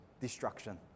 destruction